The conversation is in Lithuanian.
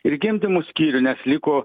ir gimdymų skyrių nes liko